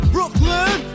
Brooklyn